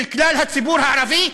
של כלל הציבור הערבי,